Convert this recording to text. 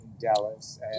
Dallas